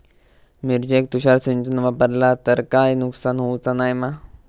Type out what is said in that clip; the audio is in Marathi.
मिरचेक तुषार सिंचन वापरला तर काय नुकसान होऊचा नाय मा?